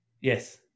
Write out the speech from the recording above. Yes